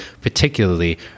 particularly